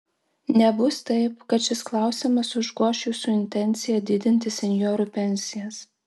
nebus taip kad šis klausimas užgoš jūsų intenciją didinti senjorų pensijas